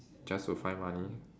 just to find money